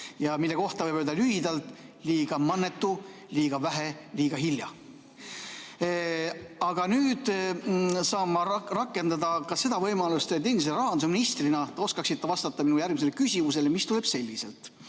nende kohta võib öelda lühidalt: liiga mannetu, liiga vähe, liiga hilja. Aga nüüd saan ma rakendada ka seda võimalust, et endise rahandusministrina te oskaksite vastata järgmisele küsimusele, mis kõlab selliselt.